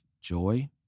joy